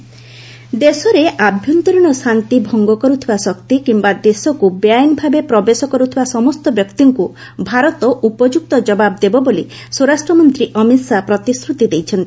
ନିୟୂ ଶାହା କୋଲ୍କାତା ଦେଶରେ ଆଭ୍ୟନ୍ତରୀଣ ଶାନ୍ତି ଭଙ୍ଗ କରୁଥିବା ଶକ୍ତି କିମ୍ବା ଦେଶକୁ ବେଆଇନ ଭାବେ ପ୍ରବେଶ କରୁଥିବା ସମସ୍ତ ବ୍ୟକ୍ତିଙ୍କୁ ଭାରତ ଉପଯୁକ୍ତ ଯବାବ ଦେବ ବୋଲି ସ୍ୱରାଷ୍ଟ୍ର ମନ୍ତ୍ରୀ ଅମିତ୍ ଶାହା ପ୍ରତିଶ୍ରତି ଦେଇଛନ୍ତି